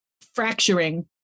fracturing